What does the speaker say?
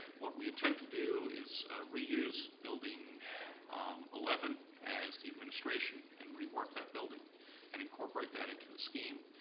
what we intend to do is reuse building eleven as the administration and rework that building and incorporate that into the scheme.